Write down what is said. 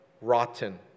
rotten